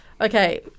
Okay